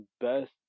best